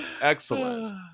Excellent